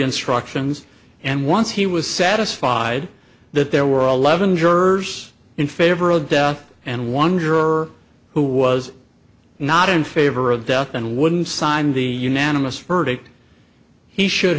instructions and once he was satisfied that there were eleven jurors in favor of death and one juror who was not in favor of death and wouldn't sign the unanimous verdict he should